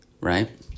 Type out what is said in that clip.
right